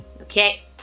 Okay